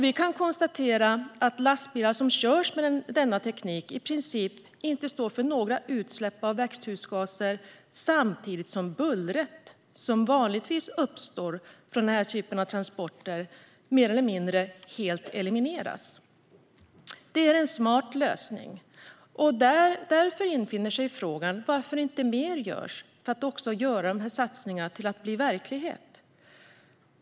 Vi kan konstatera att lastbilar som körs med denna teknik i princip inte står för några utsläpp av växthusgaser, och samtidigt mer eller mindre elimineras det buller som vanligtvis uppstår från den här typen av transporter. Det är en smart lösning, och därför infinner sig frågan varför inte mer görs för att göra verklighet av dessa satsningar.